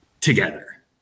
together